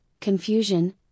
confusion